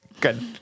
Good